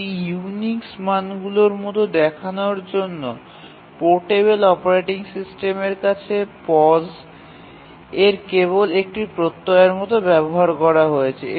এটি Unix মানগুলির মতো দেখানোর জন্য পোর্টেবল অপারেটিং সিস্টেমের কাছে POS এর কেবল একটি প্রত্যয়ের মতো ব্যবহার করা হয়েছে